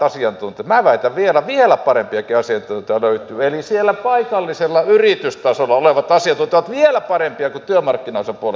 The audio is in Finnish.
minä väitän että vieläkin parempia asiantuntijoita löytyy eli siellä paikallisella yritystasolla olevat asiantuntijat ovat vielä parempia kuin työmarkkinaosapuolet